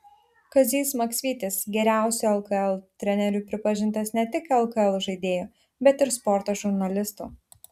kazys maksvytis geriausiu lkl treneriu pripažintas ne tik lkl žaidėjų bet ir sporto žurnalistų